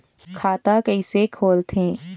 खाता कइसे खोलथें?